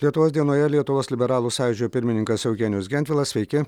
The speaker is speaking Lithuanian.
lietuvos dienoje lietuvos liberalų sąjūdžio pirmininkas eugenijus gentvilas sveiki